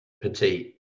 petite